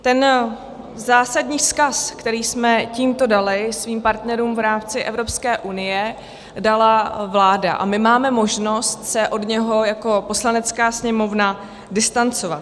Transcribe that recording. Ten zásadní vzkaz, který jsme tímto dali svým partnerům v rámci Evropské unie, dala vláda a my máme možnost se od něj jako Poslanecká sněmovna distancovat.